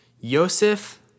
Yosef